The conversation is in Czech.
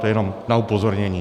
To jenom na upozornění.